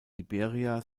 liberia